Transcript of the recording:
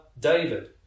David